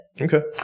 Okay